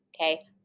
okay